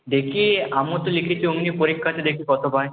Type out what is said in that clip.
দেখি আমিও তো লিখেছি ওমনিই পরীক্ষাতে দেখি কত পাই